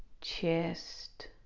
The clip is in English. chest